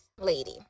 lady